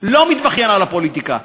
לא מתבכיין על הפוליטיקה,